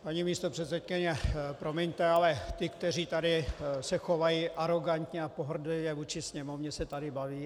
Paní místopředsedkyně, promiňte, ale ti, kteří se tady chovají arogantně a pohrdlivě vůči Sněmovně, se tady baví.